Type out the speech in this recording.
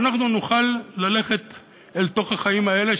שאנחנו נוכל ללכת אל תוך החיים האלה,